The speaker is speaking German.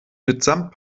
mitsamt